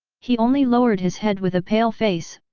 he only lowered his head with a pale face,